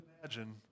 imagine